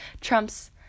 Trump's